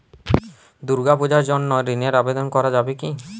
দুর্গাপূজার জন্য ঋণের আবেদন করা যাবে কি?